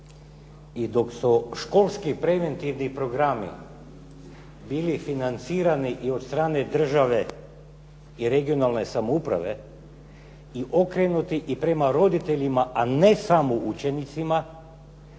I dok su školski preventivni programi bili financirani i od strane države i regionalne samouprave i okrenuti i prema roditeljima, a ne samo učenicima,